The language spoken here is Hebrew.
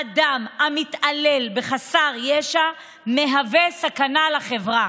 אדם המתעלל בחסר ישע מהווה סכנה לחברה,